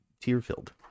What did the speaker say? tear-filled